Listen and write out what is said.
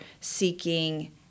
seeking